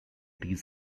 these